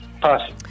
Pass